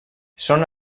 són